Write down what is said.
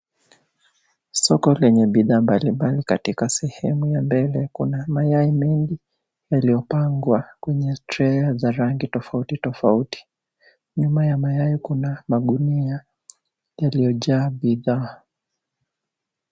Soko lenye bidhaa mbalimbali katika sehemu ya mbele. Kuna mayai mengi yaliyopangwa kwenye trei za rangi tofauti tofauti .Nyuma ya mayai, kuna magunia yaliyojaa bidhaa.